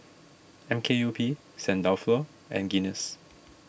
M K U P Saint Dalfour and Guinness